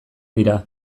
dira